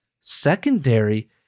Secondary